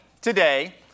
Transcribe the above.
today